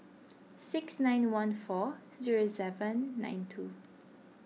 six nine one four zero seven nine two